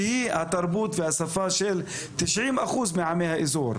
שהיא התרבות והשפה של 90% מעמי האזור.